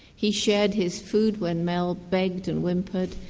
he shared his food when mel begged and whimpered,